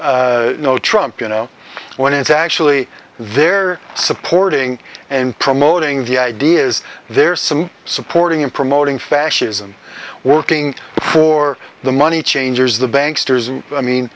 no trump you know when it's actually they're supporting and promoting the idea is there some supporting and promoting fascism working for the money changers the banks i mean